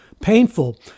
painful